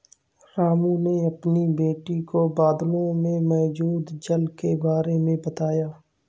रामू ने अपनी बेटी को बादलों में मौजूद जल के बारे में बताया